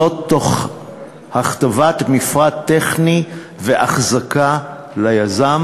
זאת תוך הכתבת מפרט טכני ואחזקה ליזם,